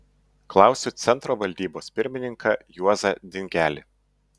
klausiu centro valdybos pirmininką juozą dingelį